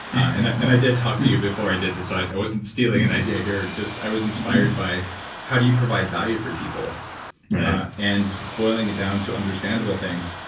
and i and i did talk to you before i did this, so i wasn't stealing an idea here. just i was inspired by how do you provide value for people and boiling it down to understandable things.